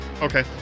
okay